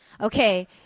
Okay